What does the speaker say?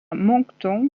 moncton